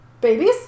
Babies